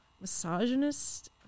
misogynist